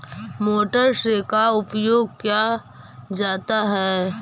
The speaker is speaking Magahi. मोटर से का उपयोग क्या जाता है?